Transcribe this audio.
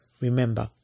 Remember